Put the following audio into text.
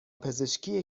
پزشکی